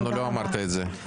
לנו לא אמרת את זה.